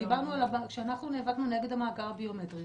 כשנאבקנו נגד המאגר הביומטרי,